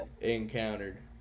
encountered